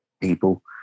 people